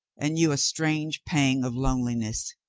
and knew a strange pang of loneliness.